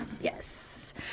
Yes